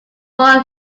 one